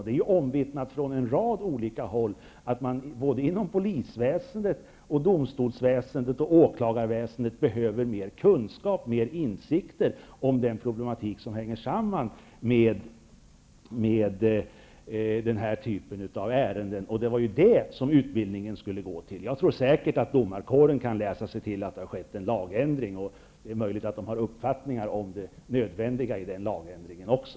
Det är omvittnat från en rad olika håll att man inom polisväsendet, domstolsväsendet och åklagarväsendet behöver mer kunskap och insikt om den problematik som hänger samman med den här typen av ärenden. Det var det som utbildningen skulle handla om. Jag tror säkert att domarkåren kan läsa sig till att det har skett en lagändring. Det är möjligt att den har uppfattningar om det nödvändiga i den lagändringen också.